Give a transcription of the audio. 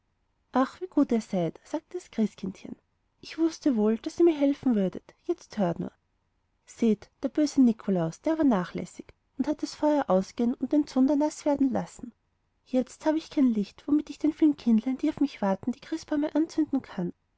ach wie gut seid ihr sagte das christkindchen ich wußte wohl daß ihr mir helfen würdet jetzt hört nur seht der böse nikolaus der war nachlässig und hat das feuer ausgehen und den zunder naß werden lassen jetzt habe ich kein licht womit ich den vielen kindlein die auf mich warten die christbäume anzünden kann